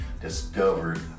discovered